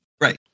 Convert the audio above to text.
Right